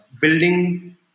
building